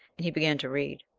and he began to read.